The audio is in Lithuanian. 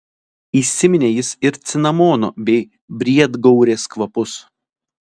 įsiminė jis ir cinamono bei briedgaurės kvapus